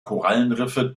korallenriffe